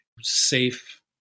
safe